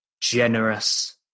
generous